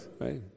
right